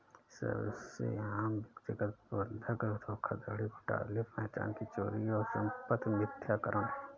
सबसे आम व्यक्तिगत बंधक धोखाधड़ी घोटाले पहचान की चोरी और संपत्ति मिथ्याकरण है